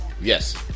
Yes